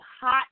hot